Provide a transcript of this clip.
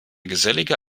gesellige